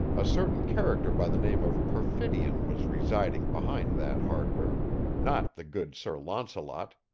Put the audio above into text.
a certain character by the name of perfidion was residing behind that hardware not the good sir launcelot.